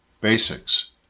basics